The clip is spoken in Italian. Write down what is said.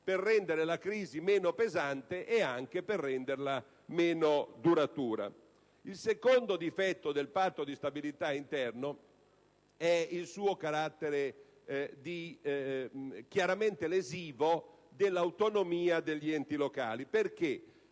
per rendere la crisi meno pesante e anche meno duratura. Il secondo difetto del Patto di stabilità interno è il suo carattere chiaramente lesivo dell'autonomia degli enti locali. Il